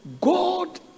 God